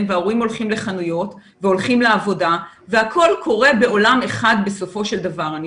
וההורים הולכים לחנויות והולכים לעבודה והכול קורה בעולם אחד בסופו של דבר.